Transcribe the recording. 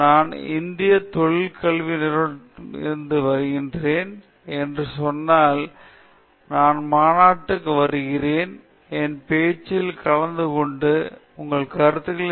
நான் இந்திய மொழிக் கல்வி நிறுவனத்திடம் இருந்து வருகிறேன் என்று சொன்னால் நான் மாநாட்டிற்கு வருகிறேன் என் பேச்சில் கலந்துகொண்டு உங்கள் கருத்தை தெரிவிக்கவும் எனலாம்